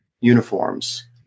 uniforms